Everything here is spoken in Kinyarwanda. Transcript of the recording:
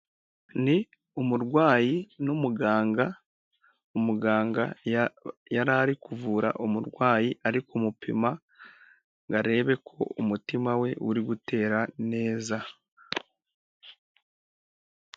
Ni umurwayi n'umuganga, umuganga yari ari kuvura umurwayi ari kumupima ngo arebe ko umutima we uri gutera neza.